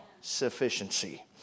sufficiency